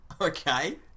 Okay